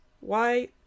Why